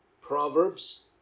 Proverbs